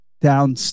down